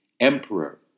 emperor